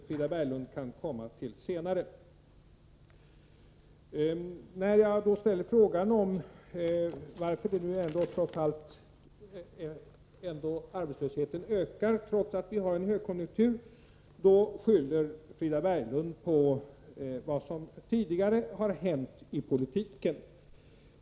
Frida Berglund kanske kan komma till den frågan senare. När jag ställde frågan varför arbetslösheten ökar trots att vi har en högkonjunktur, svarade Frida Berglund med att skylla på vad som tidigare har hänt i politiken.